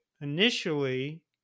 initially